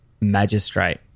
magistrate